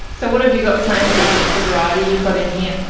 so what have you got planted? what's the variety you've got in here?